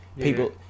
People